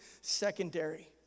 secondary